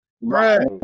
Right